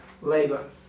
labor